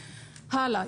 הלאה,